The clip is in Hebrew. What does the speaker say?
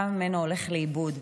כמה ממנו הולך לאיבוד?